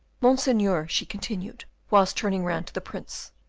monseigneur, she continued, whilst turning round to the prince,